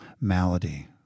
malady